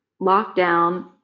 lockdown